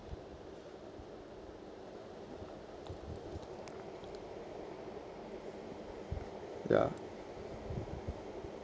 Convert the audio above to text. ya